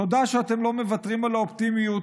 תודה שאתם לא מוותרים על האופטימיות